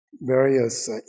various